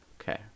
Okay